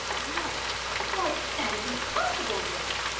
why why that is impossible, rilla.